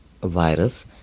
virus